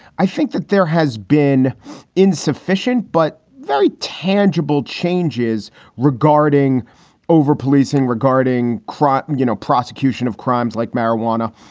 i think that there has been insufficient but very tangible changes regarding overpolicing, regarding crop, you know, prosecution of crimes like marijuana.